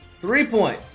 three-point